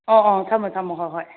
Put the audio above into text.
ꯍꯣꯏ ꯍꯣꯏ ꯊꯝꯃꯣ ꯊꯝꯃꯣ ꯍꯣ ꯍꯣꯏ